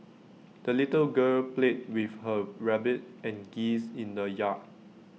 the little girl played with her rabbit and geese in the yard